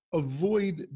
avoid